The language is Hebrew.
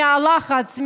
מהלחץ,